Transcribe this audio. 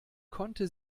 konnte